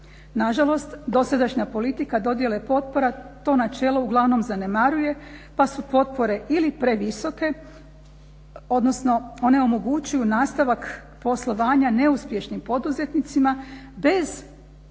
Nažalost, dosadašnja politika dodjele potpora to načelo uglavnom zanemaruje pa su potpore ili previsoke, odnosno one omogućuju nastavak poslovanja neuspješnim poduzetnicima bez nužnog